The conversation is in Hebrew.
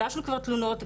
הגשנו כבר תלונות,